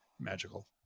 magical